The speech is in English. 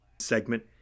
segment